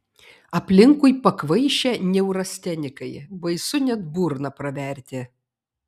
aplinkui pakvaišę neurastenikai baisu net burną praverti